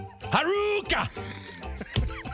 Haruka